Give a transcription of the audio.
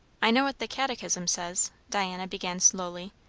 i know what the catechism says, diana began slowly.